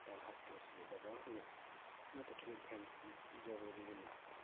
ᱯᱟᱲᱦᱟᱜ ᱫᱚ ᱚᱥᱩᱵᱤᱫᱟ ᱵᱟᱝ ᱦᱩᱭᱩᱜ ᱚᱱᱟᱛᱮ ᱢᱤᱫᱨᱮᱱ ᱯᱷᱮᱱ ᱦᱚᱸ ᱡᱟᱹᱨᱩᱨᱤ ᱢᱮᱱᱟᱜ ᱟᱠᱟᱜᱼᱟ